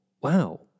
wow